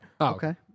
Okay